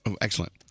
Excellent